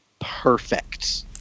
perfect